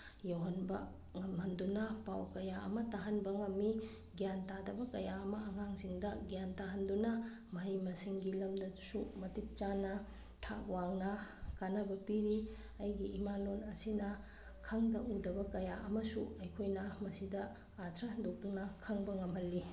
ꯌꯧꯍꯟꯕ ꯉꯝꯍꯟꯗꯨꯅ ꯄꯥꯎ ꯀꯌꯥ ꯑꯃ ꯇꯥꯍꯟꯕ ꯉꯝꯃꯤ ꯒ꯭ꯌꯥꯟ ꯇꯥꯗꯕ ꯀꯌꯥ ꯑꯃ ꯑꯉꯥꯡꯁꯤꯡꯗ ꯒ꯭ꯌꯥꯟ ꯇꯥꯍꯟꯗꯨꯅ ꯃꯍꯩ ꯃꯁꯤꯡꯒꯤ ꯂꯝꯗꯁꯨ ꯃꯇꯤꯛ ꯆꯥꯅ ꯊꯥꯛ ꯋꯥꯡꯅ ꯀꯥꯅꯕ ꯄꯤꯔꯤ ꯑꯩꯒꯤ ꯏꯃꯥꯂꯣꯟ ꯑꯁꯤꯅ ꯈꯪꯗ ꯎꯗꯕ ꯀꯌꯥ ꯑꯃꯁꯨ ꯑꯩꯈꯣꯏꯅ ꯃꯁꯤꯗ ꯑꯥꯔꯊ ꯍꯟꯗꯣꯛꯇꯨꯅ ꯈꯪꯕ ꯉꯝꯍꯜꯂꯤ